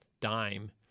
dime